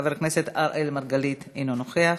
חבר הכנסת אראל מרגלית, אינו נוכח,